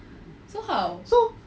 so